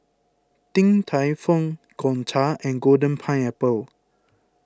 Din Tai Fung Gongcha and Golden Pineapple